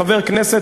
חבר כנסת,